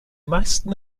meisten